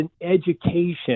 education